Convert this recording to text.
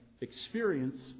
experience